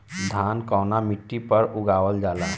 धान कवना मिट्टी पर उगावल जाला?